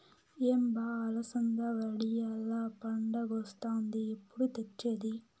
ఏం బా అలసంద వడియాల్ల పండగొస్తాంది ఎప్పుడు తెచ్చేది